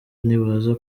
nibaza